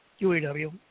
UAW